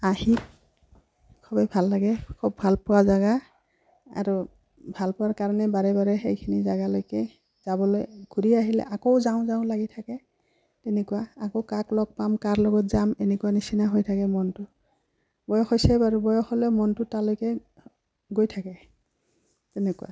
আহি খুবেই ভাল লাগে খুব ভাল পোৱা জেগা আৰু ভাল পোৱাৰ কাৰণে বাৰে বাৰে সেইখিনি জেগালৈকে যাবলৈ ঘূৰি আহিলে আকৌ যাওঁ যাওঁ লাগি থাকে তেনেকুৱা আকৌ কাক লগ পাম কাৰ লগত যাম এনেকুৱা নিচিনা হৈ থাকে মনটো বয়স হৈছে বাৰু বয়স হ'লেও মনটো তালৈকে গৈ থাকে তেনেকুৱা